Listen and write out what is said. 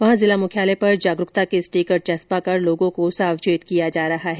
वहां जिला मुख्यालय पर जागरूकता के स्टीकर चस्पा कर लोगों को सावचेत किया जा रहा है